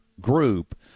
group